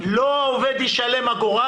לא העובד ישלם אגורה,